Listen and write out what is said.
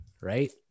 Right